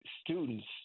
students